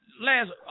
last